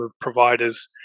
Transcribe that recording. providers